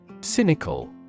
Cynical